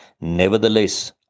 Nevertheless